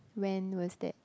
when was that